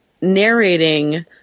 narrating